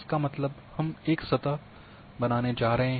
इसका मतलब हम एक सतह बनाने जा रहे हैं